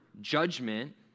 judgment